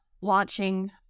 launching